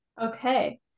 Okay